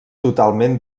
totalment